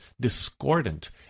discordant